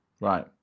right